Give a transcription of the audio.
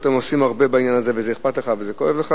שאתם עושים הרבה בעניין הזה וזה אכפת לך וזה כואב לך,